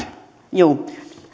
juu